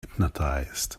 hypnotized